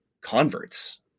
converts